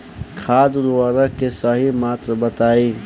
खाद उर्वरक के सही मात्रा बताई?